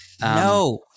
No